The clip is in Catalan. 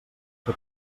que